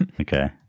Okay